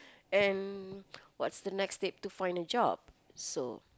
and what's the next tip to find a job so